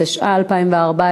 התשע"ה 2014,